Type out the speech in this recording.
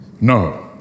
No